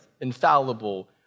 infallible